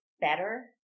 better